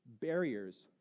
barriers